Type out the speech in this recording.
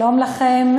שלום לכם.